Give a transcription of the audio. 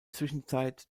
zwischenzeit